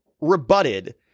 rebutted